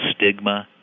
stigma